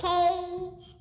Cage